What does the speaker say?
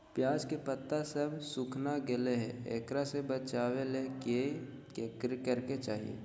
प्याज के पत्ता सब सुखना गेलै हैं, एकरा से बचाबे ले की करेके चाही?